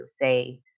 say